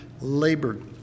labored